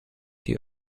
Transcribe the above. die